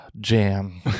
jam